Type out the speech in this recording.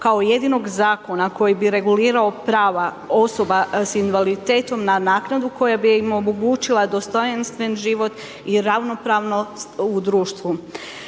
kao jedinog zakona koji bi regulirao prava osoba sa invaliditetom na naknadu koja bi im omogućila dostojanstven život i ravnopravnost u društvu.